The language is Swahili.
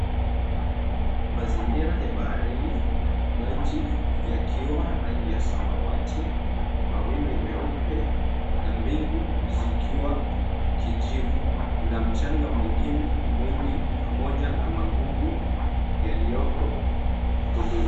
Mazingira ya baharini, maji yakiwa rangi ya samawati, mawimbi meupe na mbingu zikiwa kijivu na mchanga mwingine mwingi, pamoja na magugu yaliyoko hudhurungi.